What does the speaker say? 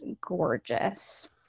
gorgeous